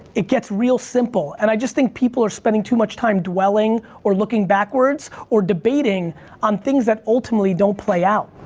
it gets real simple and i just think people are spending too much time dwelling or looking backwards or debating on things that ultimately don't play out.